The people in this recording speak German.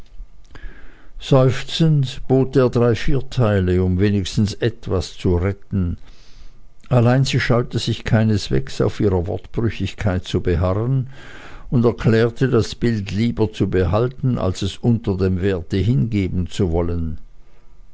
seufzend bot er drei vierteile um wenigstens etwas zu retten allein sie scheute sich keineswegs auf ihrer wortbrüchigkeit zu beharren und erklärte das bild lieber behalten als es unter dem werte hingeben zu wollen